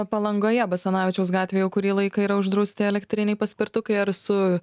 palangoje basanavičiaus gatvėj jau kurį laiką yra uždrausti elektriniai paspirtukai ar su